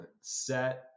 set